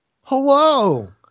Hello